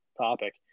topic